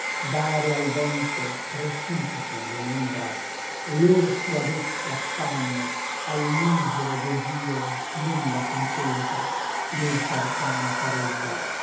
dare al vento precipiti le membra lor suadesse affanno al misero desio nulla contesa legge arcana farebbe